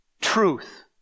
truth